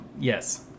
yes